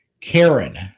Karen